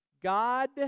God